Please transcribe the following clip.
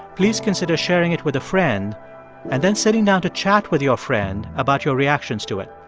please consider sharing it with a friend and then sitting down to chat with your friend about your reactions to it.